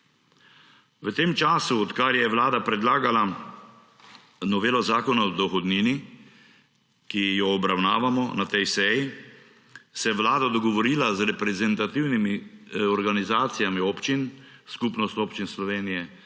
V tem času, odkar je Vlada predlagala novelo Zakona o dohodnini, ki jo obravnavamo na tej seji, se je Vlada dogovorila z reprezentativnimi organizacijami občin – Skupnost občin Slovenije,